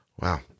Wow